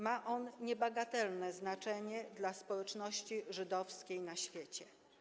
Ma on niebagatelne znaczenie dla społeczności żydowskiej na świecie.